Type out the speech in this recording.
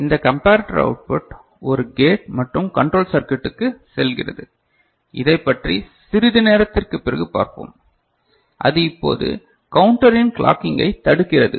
இந்த comparator output ஒரு gate மற்றும் கண்ட்ரோல் சர்க்யூட்டுக்குச் செல்கிறது இதைப்பற்றி சிறிது நேரத்திற்குப் பிறகு பார்ப்போம் அது இப்போது கவுண்டரின் கிளாக்கிங்கை தடுக்கிறது